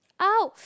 !ouch!